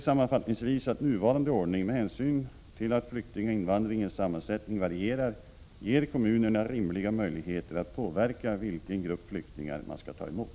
Sammanfattningsvis anser jag att nuvarande ordning — med hänsyn till att flyktinginvandringens sammansättning varierar — ger kommunerna rimliga möjligheter att påverka vilken grupp flyktingar man skall ta emot.